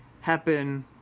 happen